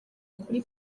kuri